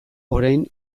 orain